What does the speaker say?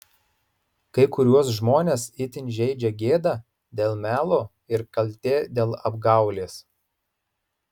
kai kuriuos žmones itin žeidžia gėda dėl melo ir kaltė dėl apgaulės